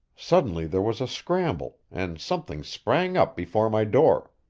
suddenly there was a scramble, and something sprang up before my door.